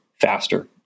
faster